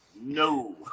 no